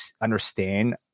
understand